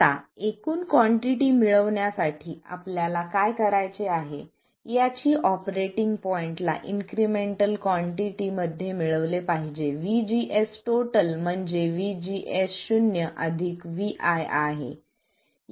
आता एकूण कॉन्टिटी मिळवण्यासाठी आपल्याला काय करायचे आहे याची ऑपरेटिंग पॉईंटला इन्क्रिमेंटल कॉन्टिटी मध्ये मिळवले पाहिजे VGS म्हणजे VGS0 vi आहे